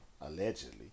allegedly